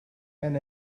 and